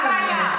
מה הבעיה?